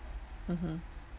mmhmm